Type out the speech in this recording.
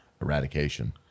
eradication